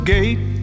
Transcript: Gate